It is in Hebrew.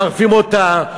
מחרפים אותה,